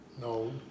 No